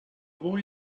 boy